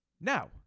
Now